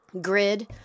grid